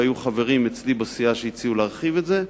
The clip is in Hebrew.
והיו חברים בסיעה שלי שהציעו להרחיב את זה.